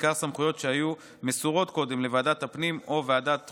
בעיקר סמכויות שהיו מסורות קודם לוועדת הפנים או לוועדת החוקה,